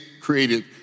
created